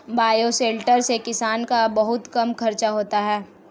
bioshelter से किसान का बहुत कम खर्चा होता है